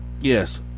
Yes